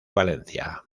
valencia